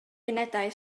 unedau